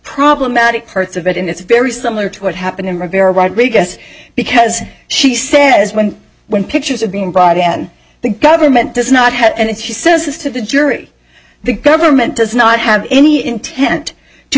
problematic perts of it and it's very similar to what happened in riviera rodriguez because she says when when pictures are being brought in the government does not have and she says to the jury the government does not have any intent